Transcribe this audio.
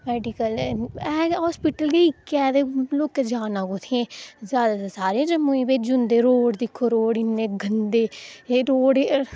medical hospital गै इक्कै ते लोकें जाना कुत्थें जां ते सारेंगी जम्मू गी गै भेजी ओड़दे रोड़ दिक्खो इ'न्ने गंदे एह् रोड़